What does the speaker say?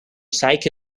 psycho